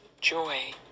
joy